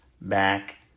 back